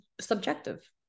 subjective